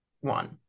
one